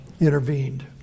intervened